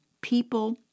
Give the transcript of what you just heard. people